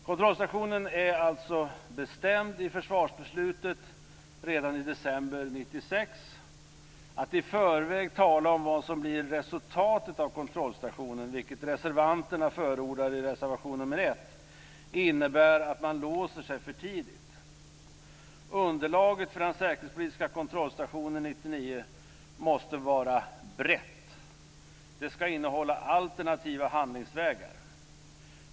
Kontrollstationen är alltså bestämd i försvarsbeslutet redan i december 1996. Att i förväg tala om vad som blir resultatet av kontrollstationen, vilket reservanterna förordar i reservation nr 1, innebär att man låser sig för tidigt. Underlaget för den säkerhetspolitiska kontrollstationen 1999 måste vara brett. Det skall innehålla alternativa handlingsvägar.